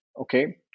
okay